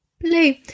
Blue